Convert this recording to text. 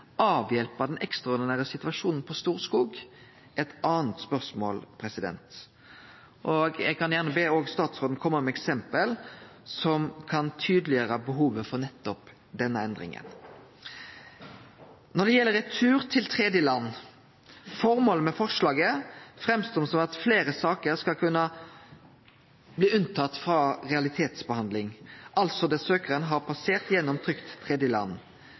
avhjelpe den ekstraordinære situasjonen på Storskog, er eit anna spørsmål. Eg kan gjerne be statsråden kome med eksempel som kan gjere tydeleg behovet for nettopp denne endringa. Når det gjeld retur til tredjeland: Formålet med forslaget framstår som at fleire saker skal kunne bli unntatt realitetsbehandling, altså der søkjaren har passert gjennom